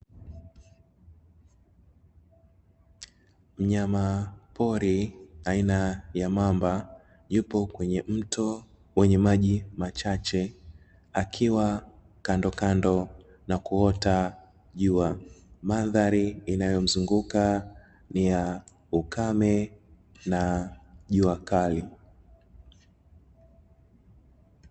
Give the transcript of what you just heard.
Mnyamapori aina ya mamba yupo kwenye mto wenye maji machache akiwa kandokando na kuota jua, mandhari inayomzunguka ni ya ukame na jua kali.